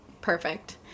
Perfect